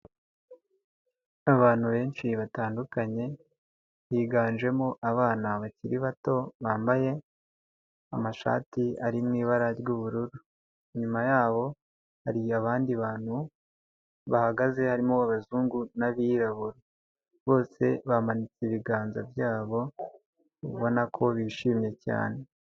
Abantu benshi batandukanye higanjemo abana bakiri bato bambaye amashati ari mu ibara ry'ubururu, inyuma yabo hari abandi bantu bahagaze harimo abazungu n'abirabura, bose bamanitse ibiganza byabo ubona ko bishimye cyane.